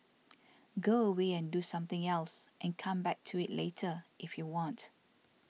go away and do something else and come back to it later if you want